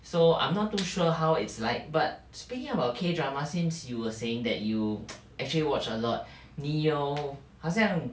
so I'm not too sure how it's like but speaking about K drama since you were saying that you actually watch a lot 你有好像